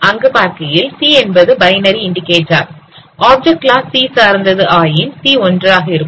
அங்கு பார்க்கையில் c என்பது binary indicator object class c சார்ந்தது ஆயின் c ஒன்றாக இருக்கும்